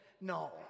No